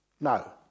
no